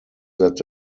that